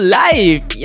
life